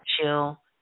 chill